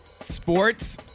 sports